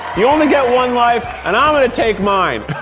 you only get one life and i'm going to take mine.